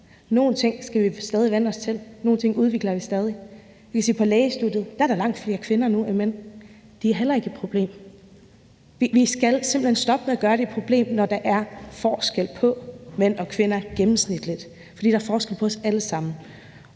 Nogle ting skal vi stadig vænne os til, og nogle ting udvikler vi stadig. Vi kan se på lægestudiet, at der er der langt flere kvinder end mænd. Det er heller ikke et problem. Vi skal simpelt hen stoppe med at gøre det til et problem, når der er forskel på mænd og kvinder gennemsnitligt, for der er forskel på os alle sammen,